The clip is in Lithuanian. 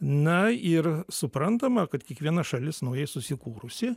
na ir suprantama kad kiekviena šalis naujai susikūrusi